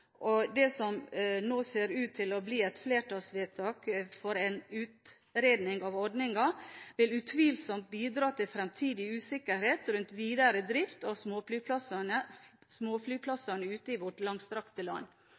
og det ser nå ut til å bli et flertallsvedtak for en utredning av ordningen, vil utvilsomt bidra til fremtidig usikkerhet rundt videre drift av småflyplassene ute i vårt langstrakte land.